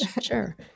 Sure